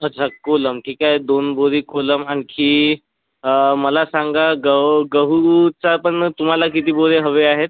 अच्छा कोलम ठीक आहे दोन बोरी कोलम आणखी मला सांगा ग गहूचा पण तुम्हाला किती बोरी हव्या आहेत